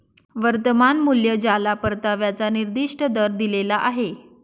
वर्तमान मूल्य ज्याला परताव्याचा निर्दिष्ट दर दिलेला आहे